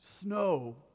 snow